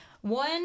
one